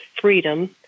freedom